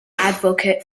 advocate